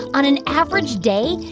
on an average day,